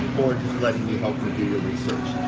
or just letting me help you do your research.